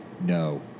no